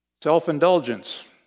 Self-indulgence